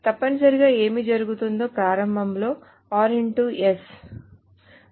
తప్పనిసరిగా ఏమి జరుగుతుందో ప్రారంభంలో ప్రొడ్యూస్ అవుతుంది